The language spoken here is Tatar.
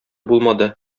булмады